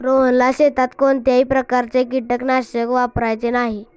रोहनला शेतात कोणत्याही प्रकारचे कीटकनाशक वापरायचे नाही